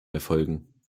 erfolgen